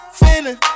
feeling